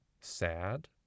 sad